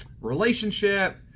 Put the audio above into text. relationship